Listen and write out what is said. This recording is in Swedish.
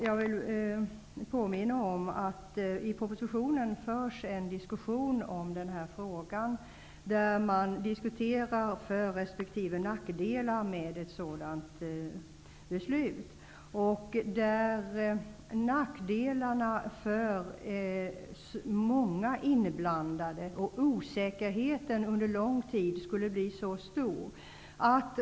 Jag vill påminna om att det i propositionen förs en diskussion om denna fråga, där fördelarna resp. nackdelarna med ett sådant förbud behandlas.